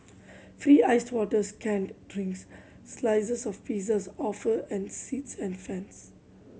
free iced water canned drinks slices of pizzas offer and seats and fans